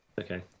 Okay